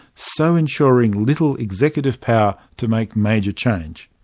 so ensuring little executive power to make major change.